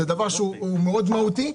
זה דבר שהוא מאוד מהותי.